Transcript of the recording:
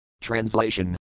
Translation